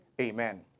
amen